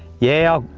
yeah,